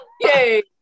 Yay